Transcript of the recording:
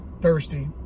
thirsty